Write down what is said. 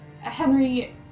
Henry